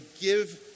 give